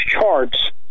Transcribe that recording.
charts